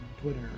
Twitter